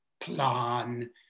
plan